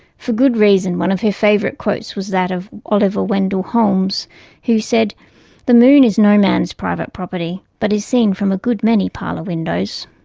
for good reason, one of her favourite quotes was that of oliver wendell holmes who said that the moon is no man's private property, but is seen from a good many parlor windows'although